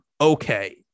okay